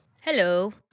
hello